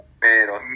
pero